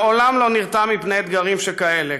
מעולם לא נרתע מפני אתגרים שכאלה,